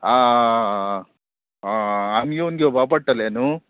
आ आमी येवन घेवपा पडटलें न्हू